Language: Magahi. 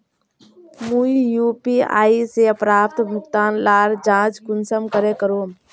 मुई यु.पी.आई से प्राप्त भुगतान लार जाँच कुंसम करे करूम?